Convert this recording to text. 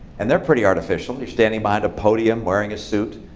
and they're pretty artificial. you're standing behind a podium, wearing a suit,